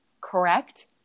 Correct